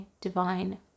Divine